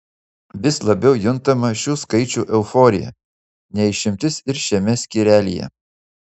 vis labiau juntama šių skaičių euforija ne išimtis ir šiame skyrelyje